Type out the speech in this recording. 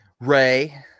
ray